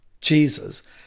Jesus